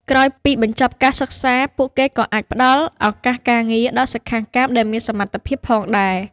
ក្រោយពីបញ្ចប់ការសិក្សា ពួកគេក៏អាចផ្តល់ ឱកាសការងារ ដល់សិក្ខាកាមដែលមានសមត្ថភាពផងដែរ។